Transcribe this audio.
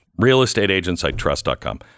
realestateagentsitrust.com